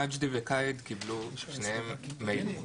מג'די וקאהד קיבלו שניהם מיילים.